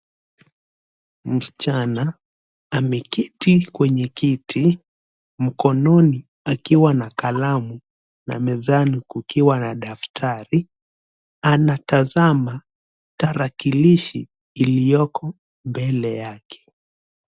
Msichana ameketi kwenye kiti , mkononi akiwa na kalamu na mezani kukiwa na daftari. Anatazama tarakilishi iliyoko mbele yake.